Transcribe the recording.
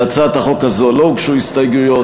להצעת החוק הזאת לא הוגשו הסתייגויות,